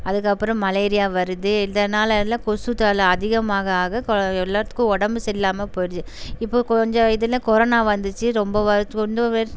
அதுக்கப்புறம் மலேரியா வருது இதனாலலாம் கொசு தொல்லை அதிகமாக ஆக கொ எல்லாத்துக்கும் உடம்பு சரி இல்லாமல் போய்டுது இப்போ கொஞ்ச இதில் கொரோனா வந்துச்சு ரொம்ப